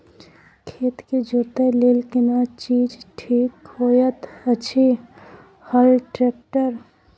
खेत के जोतय लेल केना चीज ठीक होयत अछि, हल, ट्रैक्टर?